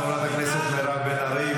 חברת הכנסת מירב בן ארי,